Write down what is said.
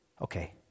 Okay